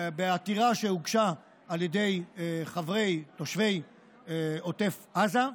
בעתירה שהוגשה על ידי תושבי עוטף עזה,